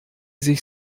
sich